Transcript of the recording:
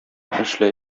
эшлә